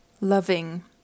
loving